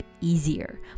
easier